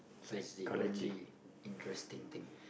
that's the only interesting thing